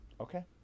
Okay